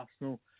Arsenal